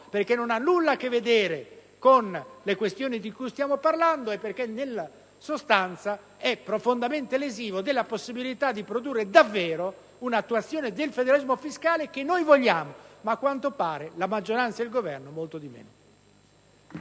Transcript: perché non ha nulla a che vedere con le questioni di cui stiamo parlando e perché poi nella sostanza è profondamente lesivo della possibilità di attuare davvero il federalismo fiscale che noi vogliamo ma, a quanto pare, la maggioranza e il Governo molto di meno.